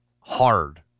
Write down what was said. hard